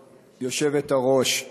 היושבת-ראש,